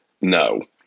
no